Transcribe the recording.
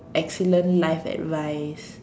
excellent life advice